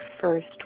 first